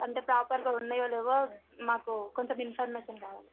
అంటే ప్రోపర్గా ఉన్నాయో లేవో మాకు కొంచెం ఇన్ఫర్మేషన్ కావలి